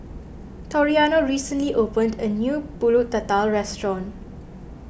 Toriano recently opened a new Pulut Tatal restaurant